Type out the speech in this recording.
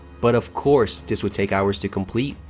but, of course, this would take hours to complete,